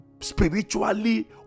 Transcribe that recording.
spiritually